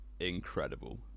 incredible